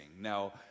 Now